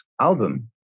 album